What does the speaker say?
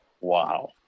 Wow